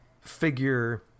figure